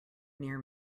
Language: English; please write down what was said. near